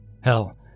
Hell